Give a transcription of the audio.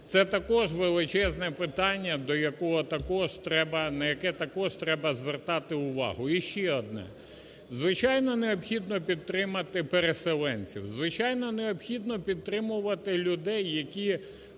Це також величезне питання, на яке також треба звертати увагу. І ще одне. Звичайно необхідно підтримати переселенців, звичайно необхідно підтримувати людей, які